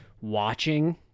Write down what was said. watching